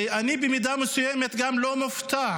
ואני במידה מסוימת גם לא מופתע